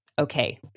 okay